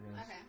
Okay